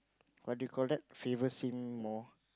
what do you call that favors him more